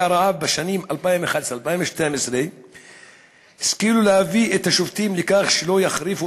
הרעב בשנים 2011 ו-2012 השכילו להביא את השובתים לכך שלא יחריפו